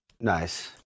nice